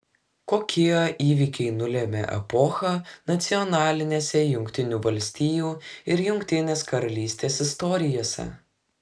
kokie įvykiai nulėmė epochą nacionalinėse jungtinių valstijų ir jungtinės karalystės istorijose